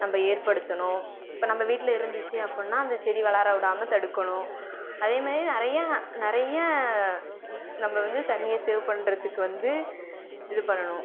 நம்ப ஏற்படுத்தணும் இப்போ நம்ப வீட்டில் இருந்துச்சு அப்பிட்னா அந்த செடி வளர விடாம தடுக்கணும் அதே மாரி நிறையா நிறையா நம்ப வந்து தண்ணியை சேவ் பண்ணுறத்துக்கு வந்து இது பண்ணணும்